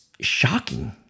shocking